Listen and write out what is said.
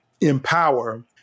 empower